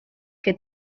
que